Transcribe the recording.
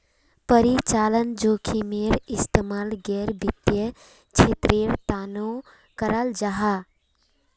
परिचालन जोखिमेर इस्तेमाल गैर वित्तिय क्षेत्रेर तनेओ कराल जाहा